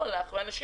אנשים,